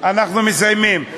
אנחנו מסיימים.